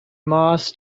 moss